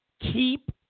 keep